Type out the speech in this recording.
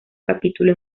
capítulo